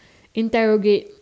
interrogate